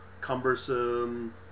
cumbersome